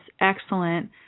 excellent